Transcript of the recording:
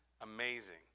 amazing